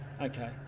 Okay